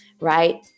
right